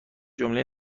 جمله